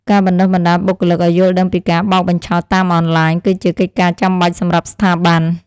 ការបណ្តុះបណ្តាលបុគ្គលិកឱ្យយល់ដឹងពីការបោកបញ្ឆោតតាមអនឡាញ គឺជាកិច្ចការចាំបាច់សម្រាប់ស្ថាប័ន។